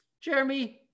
Jeremy